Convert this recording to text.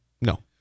No